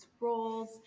roles